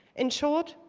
in short,